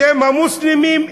אתם המוסלמים,